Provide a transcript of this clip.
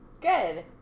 Good